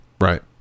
right